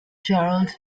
gerald